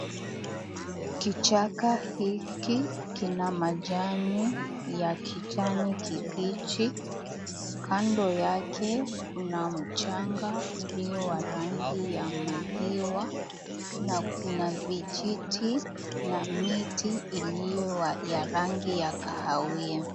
Kichaka hiki kina majani ya kijani kibichi, kando yake kuna mchanga ulio wa rangi ya maziwa na kuna vijiti na miti iliyo ya rangi ya kahawia.